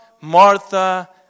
Martha